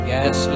Yes